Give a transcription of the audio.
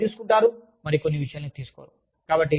వారు కొన్ని విషయాలు తీసుకుంటారు మరియు మరికొన్ని విషయాలను తీసుకోరు